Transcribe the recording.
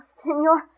senor